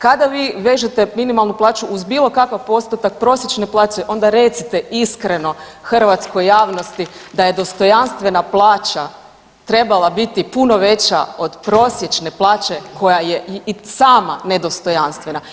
Kada vi vežete minimalnu plaću uz bilo kakav postotak prosječne plaće onda recite iskreno hrvatskoj javnosti da je dostojanstvena plaća treba biti puno veća od prosječna plaća koja je i sama nedostojanstvena.